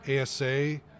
ASA